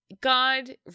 God